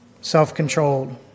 self-controlled